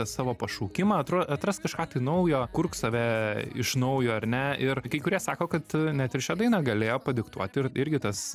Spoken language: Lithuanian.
savo pašaukimą atro atrask kažką tai naujo kurk save iš naujo ar ne ir kai kurie sako kad net ir šią dainą galėjo padiktuoti ir irgi tas